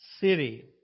city